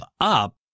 up